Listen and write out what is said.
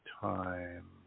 time